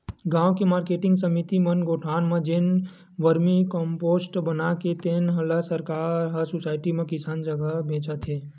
गाँव के मारकेटिंग समिति मन गोठान म जेन वरमी कम्पोस्ट बनाथे तेन ल सरकार ह सुसायटी म किसान जघा बेचत हे